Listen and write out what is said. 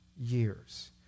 years